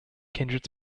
kindred